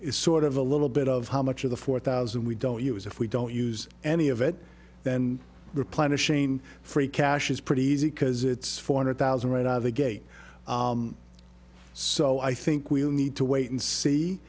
is sort of a little bit of how much of the four thousand we don't use if we don't use any of it then replenishing free cash is pretty easy because it's four hundred thousand right out of the gate so i think we need to wait and see